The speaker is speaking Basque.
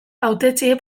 hautetsiei